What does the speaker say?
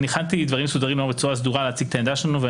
אני חייב לומר שהכנתי דברים מסודרים בצורה סדורה להציג את העמדה שלנו.